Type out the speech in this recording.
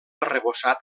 arrebossat